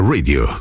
Radio